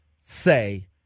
say